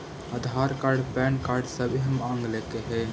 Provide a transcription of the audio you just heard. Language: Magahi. आधार कार्ड पैन कार्ड सभे मगलके हे?